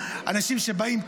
אנשים שבאים,